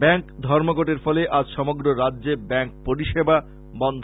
bank ধর্মঘটের ফলে আজ সমগ্র রাজ্যে ব্যাংক পরিসেবা বন্ধ